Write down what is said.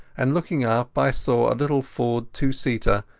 and looking up i saw a little ford two-seater,